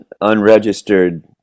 Unregistered